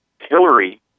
Hillary